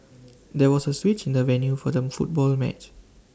there was A switch in the venue for them football match